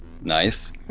Nice